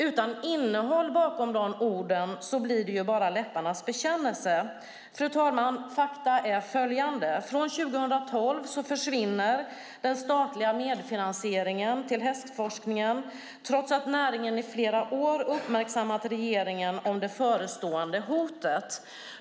Utan innehåll bakom orden blir det bara läpparnas bekännelse. Fru talman! Fakta är följande: Från 2012 försvinner den statliga medfinansieringen till hästforskningen trots att näringen i flera år uppmärksammat regeringen på det förestående hotet.